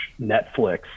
Netflix